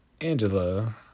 Angela